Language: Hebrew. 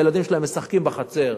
הילדים שלהם משחקים יחד בחצר,